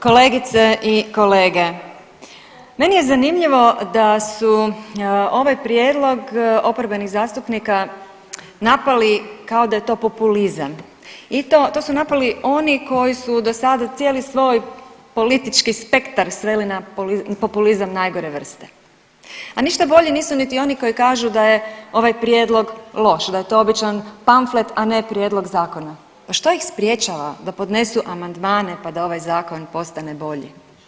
Kolegice i kolege, meni je zanimljivo da su ovaj prijedlog oporbenih zastupnika napali kao da je to populizam i to, to su napali oni koji su do sada cijeli svoj politički spektar sveli na populizam najgore vrste, a ništa bolji nisu niti oni koji kažu da je ovaj prijedlog loš, da je to običan pamflet, a ne prijedlog zakona, pa što ih sprječava da podnesu amandmane pa da ovaj zakon postane bolji.